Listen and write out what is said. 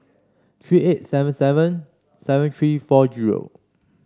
three eight seven seven seven three four zero